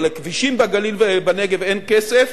או לכבישים בגליל ובנגב אין כסף,